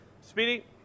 Speedy